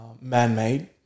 man-made